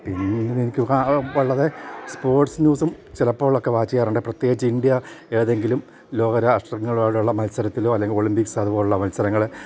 പിന്നെ എനിക്ക് വളരെ സ്പോർട്സ് ന്യൂസും ചിലപ്പോഴൊക്കെ വാച്ച് ചെയ്യാറുണ്ട് പ്രത്യേകിച്ചു ഇന്ത്യ ഏതെങ്കിലും ലോകരാഷ്ട്രങ്ങളോടുള്ള മത്സരത്തിലോ അല്ലെങ്കിൽ ഒളിമ്പിക്സ് അതുപോലെയുള്ള മത്സരങ്ങൾ